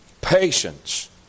patience